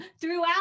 throughout